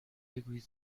بگویید